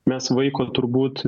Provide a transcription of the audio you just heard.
mes vaiko turbūt